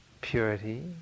purity